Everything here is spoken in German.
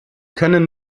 können